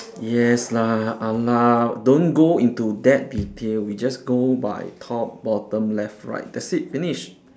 yes lah !alah! don't go into that detail we just go by top bottom left right that's it finish